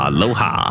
Aloha